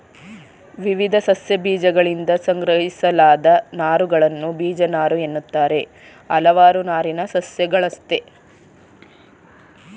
ವಿವಿಧ ಸಸ್ಯಗಳಬೀಜಗಳಿಂದ ಸಂಗ್ರಹಿಸಲಾದ ನಾರುಗಳನ್ನು ಬೀಜನಾರುಎನ್ನುತ್ತಾರೆ ಹಲವಾರು ನಾರಿನ ಸಸ್ಯಗಳಯ್ತೆ